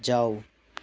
जाऊ